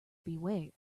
beware